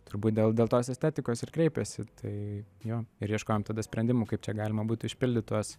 turbūt dėl dėl tos estetikos ir kreipėsi tai jo ir ieškojom tada sprendimų kaip čia galima būtų išpildyt tuos